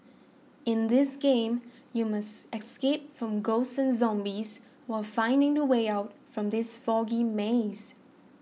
in this game you must escape from ghosts and zombies while finding the way out from this foggy maze